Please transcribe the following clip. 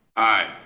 aye.